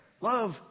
Love